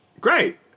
Great